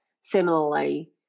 Similarly